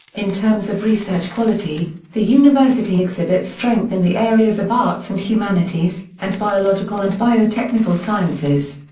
in terms of research quality, the university exhibits strength in the areas of arts and humanities, and biological and biotechnical sciences.